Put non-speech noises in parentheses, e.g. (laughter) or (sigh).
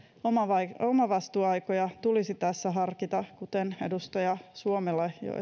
omavastuuaikoja omavastuuaikoja tulisi tässä harkita kuten esimerkiksi edustaja suomela jo (unintelligible)